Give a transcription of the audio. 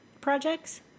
projects